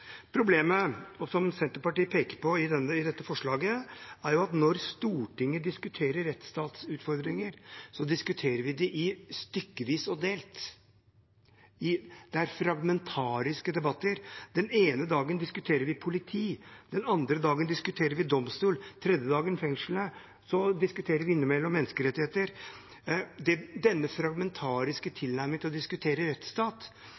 Problemet som Senterpartiet peker på i dette forslaget, er at når Stortinget diskuterer rettsstatsutfordringer, diskuterer vi det stykkevis og delt. Det er fragmentariske debatter. Den ene dagen diskuterer vi politiet, den andre dagen domstolene, den tredje dagen fengslene. Så diskuterer vi menneskerettigheter innimellom. Denne fragmentariske